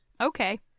okay